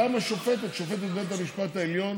גם שופטת בית המשפט העליון